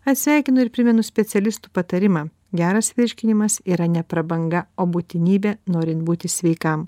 atsisveikinu ir primenu specialistų patarimą geras virškinimas yra ne prabanga o būtinybė norint būti sveikam